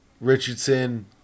Richardson –